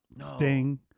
Sting